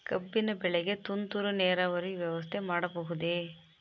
ಕಬ್ಬಿನ ಬೆಳೆಗೆ ತುಂತುರು ನೇರಾವರಿ ವ್ಯವಸ್ಥೆ ಮಾಡಬಹುದೇ?